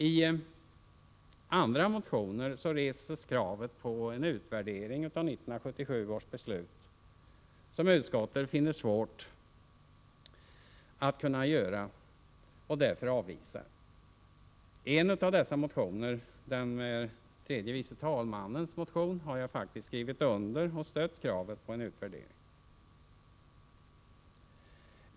I andra motioner reses krav på en utvärdering av 1977 års beslut vilken utskottet finner svår att genomföra och därför avvisar. En av dessa motioner, av tredje vice talmannen Karl Erik Eriksson m.fl., har jag faktiskt skrivit under och stöder därmed kravet på en utvärdering.